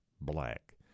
Black